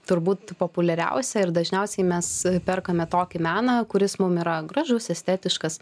turbūt populiariausia ir dažniausiai mes perkame tokį meną kuris mum yra gražus estetiškas